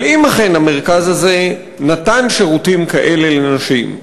אבל אם אכן המרכז הזה נתן שירותים כאלה לנשים,